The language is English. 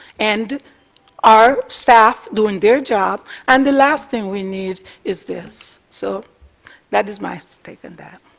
and our staff doing their job, and the last thing we need is this. so that is my take on that.